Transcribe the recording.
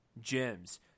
Gems